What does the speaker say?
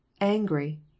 angry